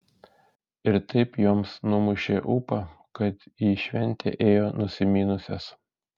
ir taip joms numušė ūpą kad į šventę ėjo nusiminusios